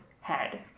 head